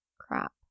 Crap